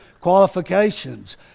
qualifications